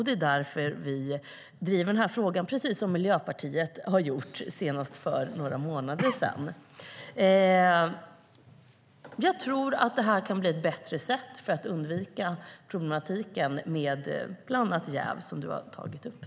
Det är därför vi driver den här frågan, precis som Miljöpartiet har gjort, senast för några månader sedan.